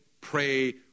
Pray